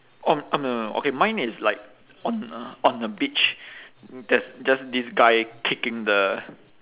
oh oh no no no okay mine is like on a on a beach there's just this guy kicking the